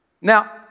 Now